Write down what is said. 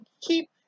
keep